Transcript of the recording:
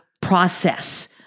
process